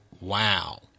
wow